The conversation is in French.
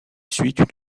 suit